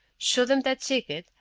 show them that ticket,